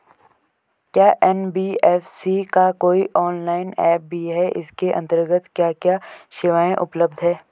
क्या एन.बी.एफ.सी का कोई ऑनलाइन ऐप भी है इसके अन्तर्गत क्या क्या सेवाएँ उपलब्ध हैं?